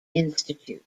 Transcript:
institute